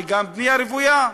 וגם בנייה רוויה.